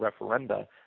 referenda